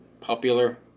popular